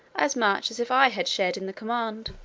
as much as if i had shared in the command.